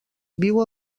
viu